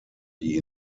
die